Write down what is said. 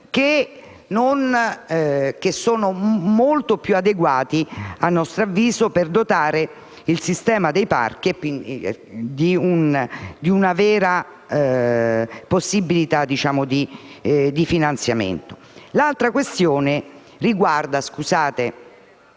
strumenti molto più adeguati - a nostro avviso - per dotare il sistema dei parchi di una vera possibilità di finanziamento. L'altra questione da